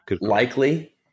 likely